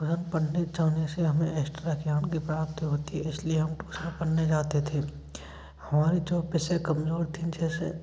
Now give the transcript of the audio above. वहाँ पढ़ने जाने से हमें एस्ट्रा ज्ञान की प्राप्ति होती है इसलिए हम टूसन पढ़ने जाते थे हमारे जो विषय कमजोर थी जैसे